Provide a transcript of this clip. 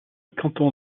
canton